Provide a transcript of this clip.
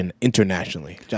internationally